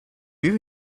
you